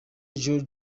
joe